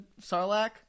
Sarlacc